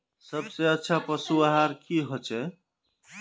सबसे अच्छा पशु आहार की होचए?